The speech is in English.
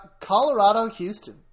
Colorado-Houston